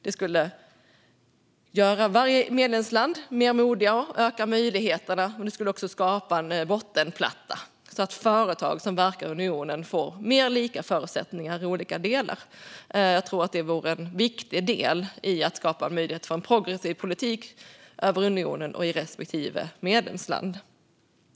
Det skulle göra varje medlemsland mer modigt och öka möjligheterna. Det skulle också skapa en bottenplatta så att företag som verkar i unionen får mer lika förutsättningar i olika delar. Jag tror att det vore en viktig del i att skapa möjlighet för en progressiv politik över unionen och i respektive medlemsland.